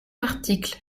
l’article